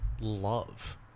love